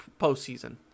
postseason